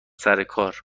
سرکار